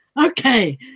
okay